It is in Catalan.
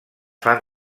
fan